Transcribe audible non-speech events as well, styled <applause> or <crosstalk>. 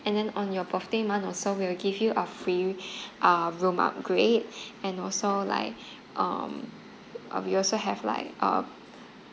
and then on your birthday month also we will give you a free uh room upgrade and also like um <noise> uh we also have like uh